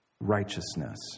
righteousness